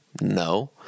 No